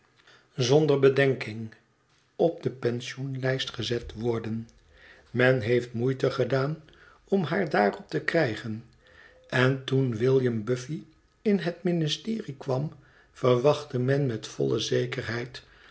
zonder bedenking op de pensioenlijst gezet worden men heeft moeite gedaan om haar daarop te krijgen en toen william buffy in het ministerie kwam verwachtte men met volle zekerheid